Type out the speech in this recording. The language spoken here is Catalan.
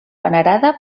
venerada